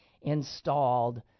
installed